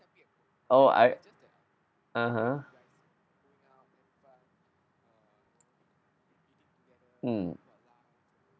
oh I (uh huh) mm